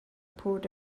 poured